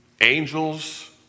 angels